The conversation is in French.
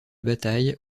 bataille